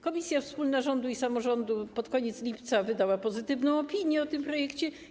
Komisja wspólna rządu i samorządu pod koniec lipca wydała pozytywną opinię o tym projekcie.